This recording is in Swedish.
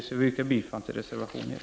Jag yrkar bifall till reservation 1.